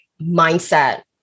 mindset